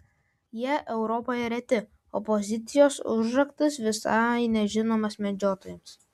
jie europoje reti o pozicijos užraktas visai nežinomas medžiotojams